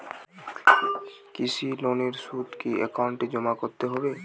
কৃষি লোনের সুদ কি একাউন্টে জমা করতে হবে?